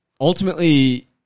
ultimately